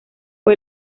fue